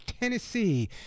Tennessee